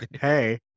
hey